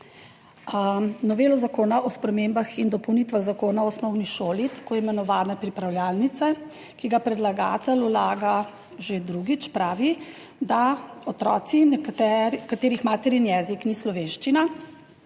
Novelo Zakona o spremembah in dopolnitvah Zakona o osnovni šoli, tako imenovane pripravljalnice, ki ga predlagatelj vlaga že drugič, pravi, da naj bi otroci, katerih materin jezik ni slovenščina,